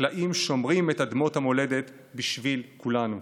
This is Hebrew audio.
החקלאים שומרים את אדמות המולדת בשביל כולנו.